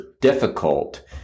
difficult